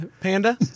Panda